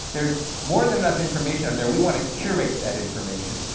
there's more than enough information out there, we want to curate that information,